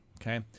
okay